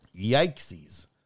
Yikesies